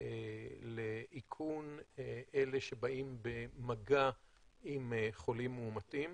לאיכון אלה שבאים במגע עם חולים מאומתים.